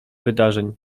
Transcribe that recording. wydarzeń